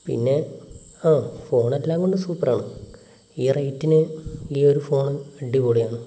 പിന്നെ ആ ഫോൺ എല്ലാം കൊണ്ടും സൂപ്പറാണ് ഈ റേറ്റിന് ഈയൊരു ഫോണ് അടിപൊളിയാണ്